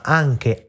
anche